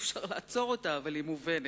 אי-אפשר לעצור אותה, אבל היא מובנת.